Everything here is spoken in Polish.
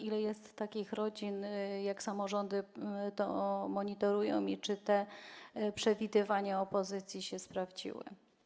Ile jest takich rodzin, jak samorządy to monitorują i czy te przewidywania opozycji się sprawdziły?